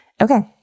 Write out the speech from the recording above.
Okay